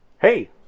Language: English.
hey